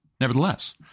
nevertheless